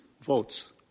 votes